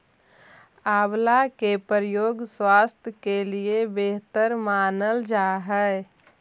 आंवला के प्रयोग स्वास्थ्य के लिए बेहतर मानल जा हइ